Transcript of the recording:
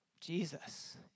Jesus